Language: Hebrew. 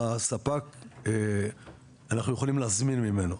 שהספק אנחנו יכולים להזמין ממנו.